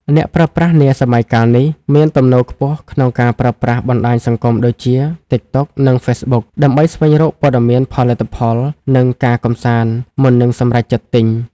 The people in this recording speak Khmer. អ្នកប្រើប្រាស់នាសម័យកាលនេះ មានទំនោរខ្ពស់ក្នុងការប្រើប្រាស់បណ្ដាញសង្គមដូចជា TikTok និង Facebook ដើម្បីស្វែងរកព័ត៌មានផលិតផល និងការកម្សាន្តមុននឹងសម្រេចចិត្តទិញ។